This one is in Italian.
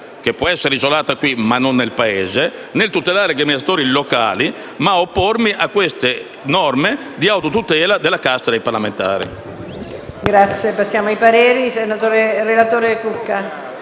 che può essere isolata qui ma non lo è nel Paese - per tutelare gli amministratori locali e oppormi a queste norme di autotutela della casta dei parlamentari.